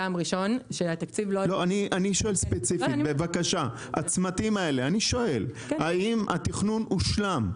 אני שואל ספציפית, האם בצמתים האלה התכנון הושלם?